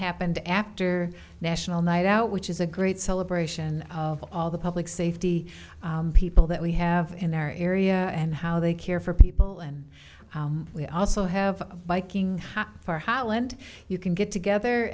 happened after national night out which is a great celebration of all the public safety people that we have in our area and how they care for people and we also have a biking for holland you can get together